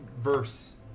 verse